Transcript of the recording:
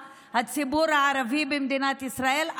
הציבור הערבי במדינת ישראל,